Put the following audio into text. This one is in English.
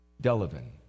Delavan